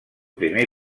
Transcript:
primer